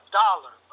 dollar